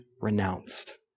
renounced